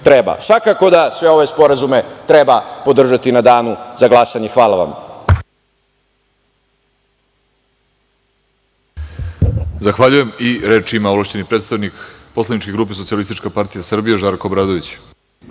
treba. Svakako da sve ove sporazume treba podržati na Danu za glasanje. Hvala.